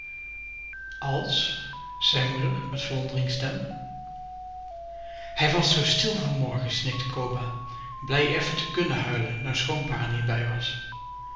als zei moeder met verwonderings stem hij was zoo stil vanmorgen snikte coba blij effen te kunnen huilen nou schoonpa r niet bij was